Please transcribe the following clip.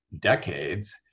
decades